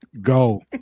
go